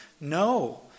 No